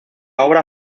obra